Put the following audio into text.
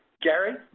gary.